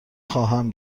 خواهم